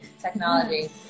Technology